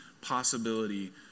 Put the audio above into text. possibility